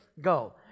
Go